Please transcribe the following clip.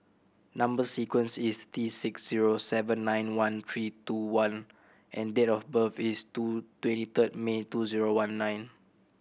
number sequence is T six zero seven nine one three two one and date of birth is two twenty third May two zero one nine